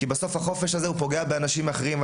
כי בסוף החופש הזה פוגע באנשים אחרים.